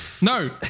no